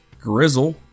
Grizzle